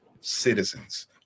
citizens